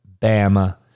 Bama